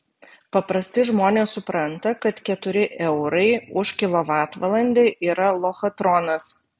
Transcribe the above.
paprasti žmonės supranta kad keturi eurai už kilovatvalandę yra lochatronas